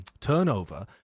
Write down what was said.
turnover